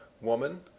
woman